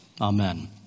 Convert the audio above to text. Amen